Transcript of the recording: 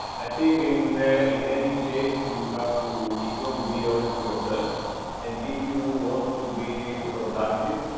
i think in in any case you have to, if you want to be honest with yourself and if you want to be productive